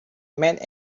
made